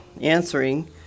answering